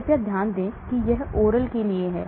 कृपया ध्यान दें कि यह oral के लिए है